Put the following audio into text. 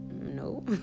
no